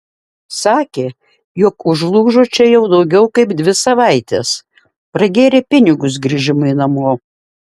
sakė jog užlūžo čia jau daugiau kaip dvi savaites pragėrė pinigus grįžimui namo